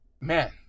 man